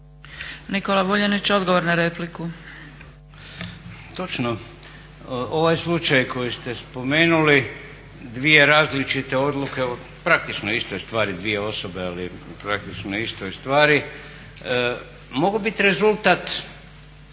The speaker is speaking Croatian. laburisti - Stranka rada)** Točno ovaj slučaj koji ste spomenuli, dvije različite odluke o praktično istoj stvari, dvije osobe ali praktički o istoj stvari, mogu biti rezultat